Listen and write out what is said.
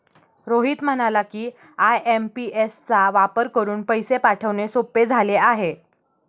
रोहित म्हणाला की, आय.एम.पी.एस चा वापर करून पैसे पाठवणे सोपे झाले आहे